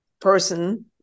person